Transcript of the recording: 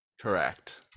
Correct